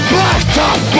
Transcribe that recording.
Blacktop